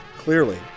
Clearly